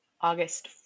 August